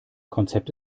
konzept